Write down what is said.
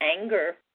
anger